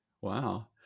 Wow